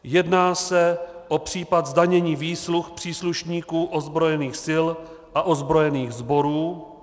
Jedná se o případ zdanění výsluh příslušníků ozbrojených sil a ozbrojených sborů.